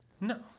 No